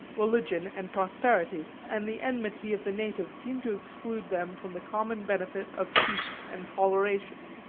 religion and property and the enmity of the natives seemed to exclude them from the common benefit of peace and toleration.